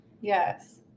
Yes